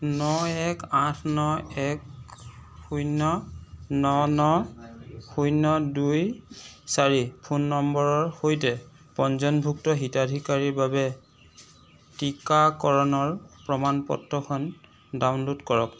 ন এক আঠ ন এক শূন্য ন ন শূন্য দুই চাৰি ফোন নম্বৰৰ সৈতে পঞ্জীভুক্ত হিতাধিকাৰীৰ বাবে টীকাকৰণৰ প্ৰমাণ পত্ৰখন ডাউনলোড কৰক